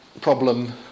problem